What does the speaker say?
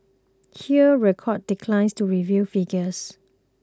Hear Records declines to reveal figures